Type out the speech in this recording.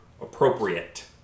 appropriate